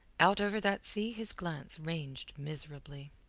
out over that sea his glance ranged miserably.